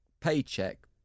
paycheck